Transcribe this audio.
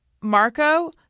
Marco